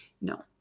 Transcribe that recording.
No